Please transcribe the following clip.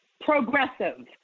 progressive